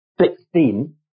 Sixteen